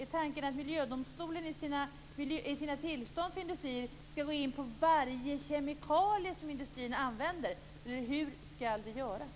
Är tanken att miljödomstolen i sina tillstånd för industrier skall gå in på varje kemikalie som industrierna använder, eller hur skall det göras?